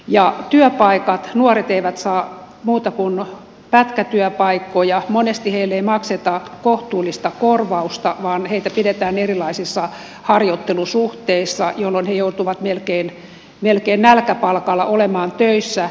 ja nuoret eivät saa muita kuin pätkätyö paikkoja monesti heille ei makseta kohtuullista korvausta vaan heitä pidetään erilaisissa harjoittelusuhteissa jolloin he joutuvat melkein nälkäpalkalla olemaan töissä